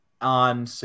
on